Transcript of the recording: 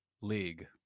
league